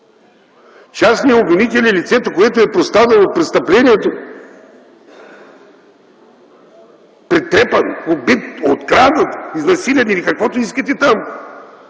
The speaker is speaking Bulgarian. Частният обвинител е лицето, което е пострадало в престъплението – претрепан, убит, окраден, изнасилен или каквото искате там.